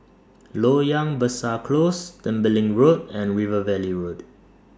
Loyang Besar Close Tembeling Road and River Valley Road